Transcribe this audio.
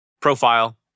Profile